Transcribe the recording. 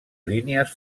línies